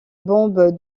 bombe